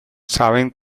saben